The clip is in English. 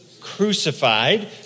crucified